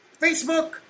Facebook